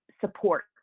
support